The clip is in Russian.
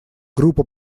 группа